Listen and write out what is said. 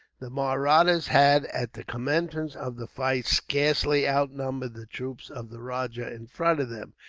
the mahrattas had, at the commencement of the fight, scarcely outnumbered the troops of the rajah in front of them,